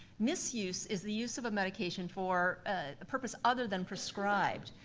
misuse is the use of a medication for a purpose other than prescribed.